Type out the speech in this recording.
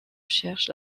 cherche